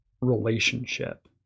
relationship